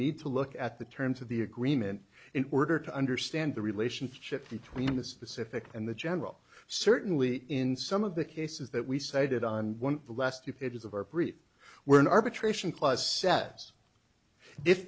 need to look at the terms of the agreement in order to understand the relationship between the specific and the general certainly in some of the cases that we cited on the last two pages of our brief where an arbitration clause s